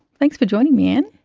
thanks for joining me anne.